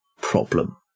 problem